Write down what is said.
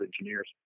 Engineers